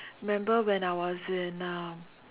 remember when I was in um